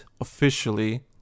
officially